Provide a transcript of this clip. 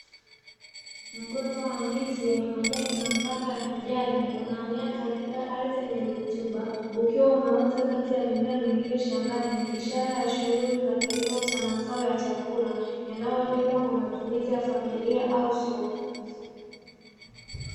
Mgomba wa ndizi wenye majani mapana ya kijani, unamea katika ardhi yenye rutuba, ukiwa umeota Kati ya mimea mingine shambani, ishara ya shughuli za kilimo cha mazao ya chakula, yanayolimwa kwa matumizi ya chakula au soko.